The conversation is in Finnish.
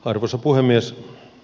arvoisa puhemies